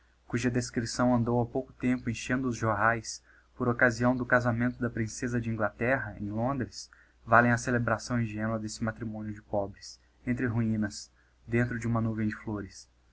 cuja descripção andou ha pouco tempo enchendo os jorraes poroccasião do casamento da princeza de inglateita em londres valem a celebração ingénua desse matrimonio de pobres entre ruinas dentro de uma nuvem de flores